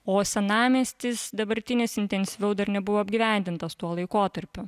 o senamiestis dabartinis intensyviau dar nebuvo apgyvendintas tuo laikotarpiu